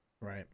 Right